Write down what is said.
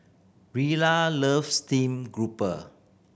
Rilla loves steamed grouper